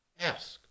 Ask